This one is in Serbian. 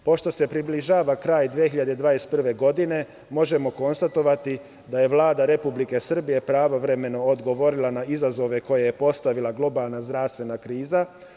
Pošto se približava kraj 2021. godine, možemo konstatovati da je Vlada Republike Srbije pravovremeno odgovorila na izazove koje je postavila globalna zdravstvena kriza.